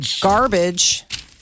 garbage